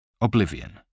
oblivion